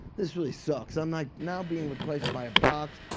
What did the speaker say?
this really sucks. i'm like now being replaced by a box.